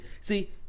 See